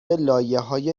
لایههای